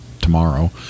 tomorrow